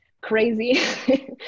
crazy